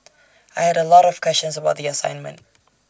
I had A lot of questions about the assignment